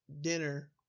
dinner